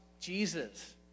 Jesus